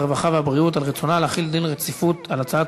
הרווחה והבריאות על רצונה להחיל דין רציפות על הצעת